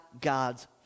God's